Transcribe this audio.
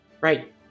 Right